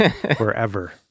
forever